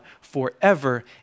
forever